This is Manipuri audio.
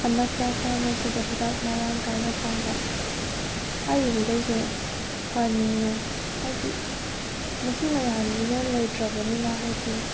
ꯑꯅꯛꯄ ꯐꯥꯔꯃꯥꯁꯤꯗ ꯍꯤꯗꯥꯛ ꯃꯔꯥꯡ ꯀꯥꯏꯅ ꯐꯪꯕ ꯍꯥꯏꯔꯤꯕꯈꯩꯁꯦ ꯐꯍꯟꯅꯤꯡꯉꯦ ꯍꯥꯏꯗꯤ ꯃꯁꯤ ꯃꯌꯥꯝꯁꯤꯅ ꯂꯩꯇ꯭ꯔꯕꯅꯤꯅ ꯍꯥꯏꯗꯤ